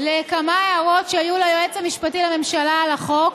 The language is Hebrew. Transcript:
לכמה הערות שהיו ליועץ המשפטי לממשלה על החוק,